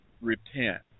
repent